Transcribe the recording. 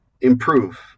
improve